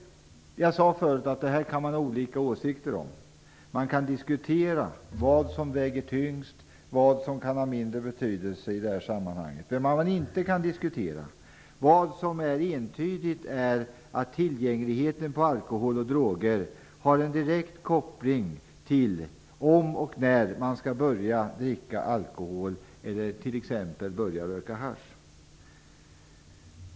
Jag sade tidigare att man kan ha olika åsikter om det här. Man kan diskutera vad som väger tyngst och vad som kan ha mindre betydelse i det här sammanhanget. Vad man däremot inte kan diskutera - det är nämligen entydigt - är att tillgängligheten när det gäller alkohol och droger har en direkt koppling till om och när man skall börja dricka alkohol eller börja röka hasch.